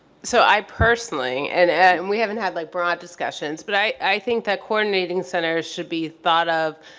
so, i personally and and we haven't had like broad discussions but i think the coordinating center should be thought of